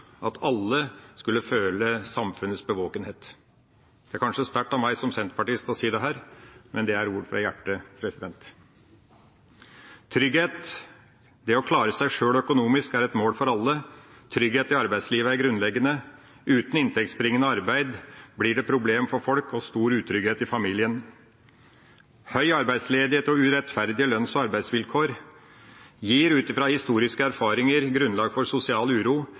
at alle skulle føle samfunnets bevågenhet. Det er kanskje sterkt av meg som senterpartist å si dette her, men det er ord fra hjertet. Trygghet, det å klare seg sjøl økonomisk, er et mål for alle. Trygghet i arbeidslivet er grunnleggende. Uten inntektsbringende arbeid blir det problemer for folk og stor utrygghet i familien. Høy arbeidsledighet og urettferdige lønns- og arbeidsvilkår gir ut fra historiske erfaringer grunnlag for sosial uro,